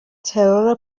ترور